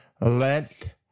Let